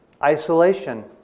Isolation